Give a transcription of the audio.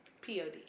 P-O-D